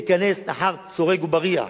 ייכנס מאחורי סורג ובריח,